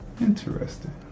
Interesting